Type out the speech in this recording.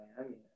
Miami